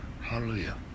Hallelujah